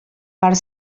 part